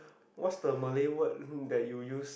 what's the Malay word that you use